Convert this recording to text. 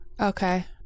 Okay